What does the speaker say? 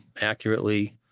accurately